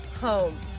home